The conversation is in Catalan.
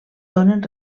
donen